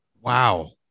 wow